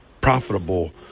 profitable